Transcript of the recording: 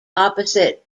opposite